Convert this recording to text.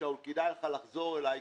לשאול: כדאי לך לחזור אלי,